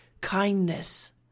kindness